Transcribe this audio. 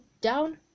down